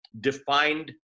defined